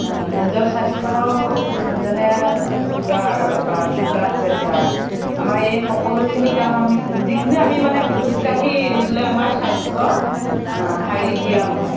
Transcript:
নিজৰ স্বাস্থ্য় যেনে চুগাৰ বা ব্লাড প্ৰেছাৰ আমাৰ এই সকলোখিনি কাম আমি যিখিনি আমি মানে খোজকাঢ়িলে আমাৰ স্বাস্থ্য় শাৰীৰিক ব্য়ায়াম হয়